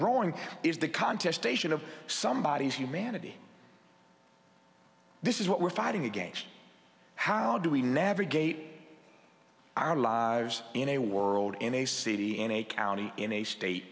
growing is the contest station of somebody is humanity this is what we're fighting against how do we navigate our lives in a world in a city in a county in a state